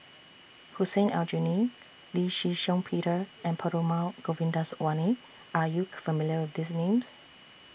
Hussein Aljunied Lee Shih Shiong Peter and Perumal Govindaswamy Are YOU familiar with These Names